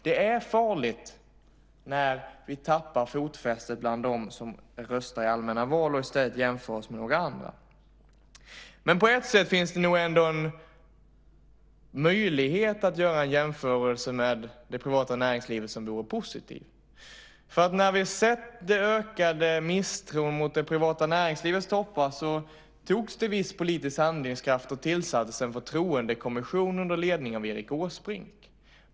Det är farligt när vi tappar fotfästet bland dem som röstar i allmänna val och i stället jämför oss med några andra. På ett sätt finns ändå en möjlighet att göra en jämförelse med det privata näringslivet som vore positiv. Vi har sett den ökade misstron mot det privata näringslivets toppar. Med viss politisk handlingskraft tillsattes en förtroendekommission under ledning av Erik Åsbrink.